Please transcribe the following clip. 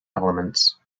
elements